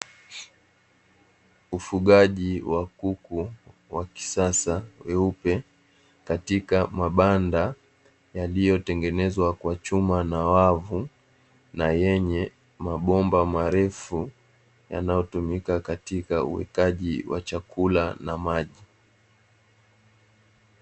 Ufugaji wa kuku wa kisasa weupe katika mabanda yaliyotengenezwa kwa chuma na wavu na yenye mabomba marefu yanayotumika katika uwekaji wa chakula na maji.